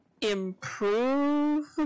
improve